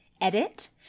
edit